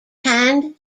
canned